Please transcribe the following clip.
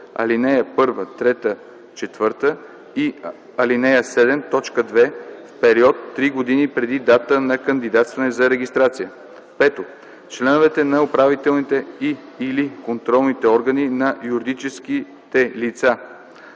ал. 1, 3, 4 и ал. 7, т. 2 в период три години преди датата на кандидатстване за регистрация; 5. членовете на управителните и/или контролните органи на юридическите лица: